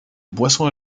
boissons